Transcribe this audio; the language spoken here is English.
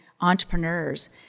entrepreneurs